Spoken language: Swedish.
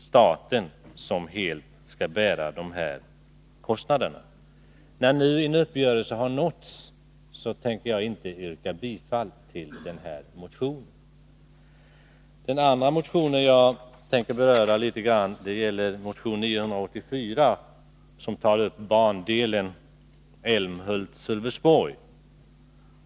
Staten borde bära hela kostnaden. Men när nu en uppgörelse har nåtts, tänker jag inte yrka bifall till motionen. Den andra motionen jag tänkte beröra litet grand är nr 984, som tar upp bandelen Älmhult-Sölvesborg.